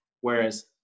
whereas